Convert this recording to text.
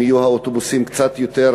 אם יהיו האוטובוסים קצת יותר